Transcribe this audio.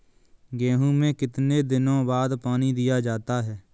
गेहूँ में कितने दिनों बाद पानी दिया जाता है?